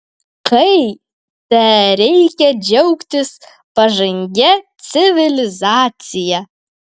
kai tereikia džiaugtis pažangia civilizacija